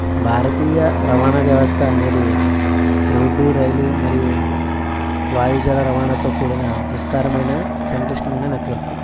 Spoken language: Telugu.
భారతీయ రవాణా వ్యవస్థ అనేది రోడ్డు రైలు మరియు వాయు జల రవాణాతో కూడిన విస్తారమైన సంక్లిష్టమైన నెట్వర్క్